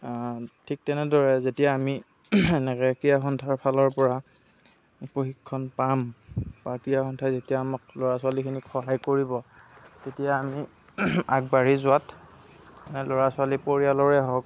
ঠিক তেনেদৰে যেতিয়া আমি এনেকৈ ক্ৰীড়া সন্থাৰ ফালৰ পৰা প্ৰশিক্ষণ পাম বা ক্ৰীড়া সন্থাই যেতিয়া আমাক ল'ৰা ছোৱালীখিনিক সহায় কৰিব তেতিয়া আমি আগবাঢ়ি যোৱাত ল'ৰা ছোৱালী পৰিয়ালৰেই হওঁক